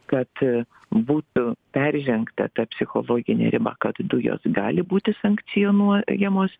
kad būtų peržengta ta psichologinė riba kad dujos gali būti sankcionuojamos